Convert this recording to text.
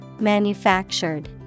manufactured